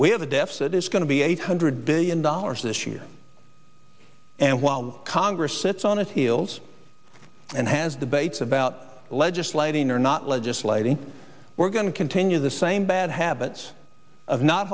we have a deficit is going to be eight hundred billion dollars this year and while the congress sits on its heels and has debates about legislating or not legislating we're going to continue the same bad habits of not